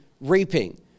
reaping